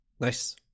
nice